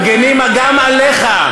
מגינים גם עליך.